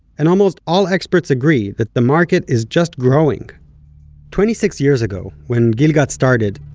and almost all experts agree that the market is just growing twenty-six years ago, when gil got started,